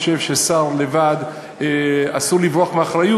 הלוביסט של "דלק קידוחים"